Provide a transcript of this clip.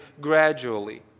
gradually